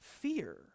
fear